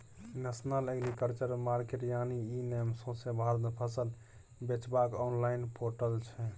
national agriculture market यानी e NAM सौंसे भारत मे फसल बेचबाक आनलॉइन पोर्टल छै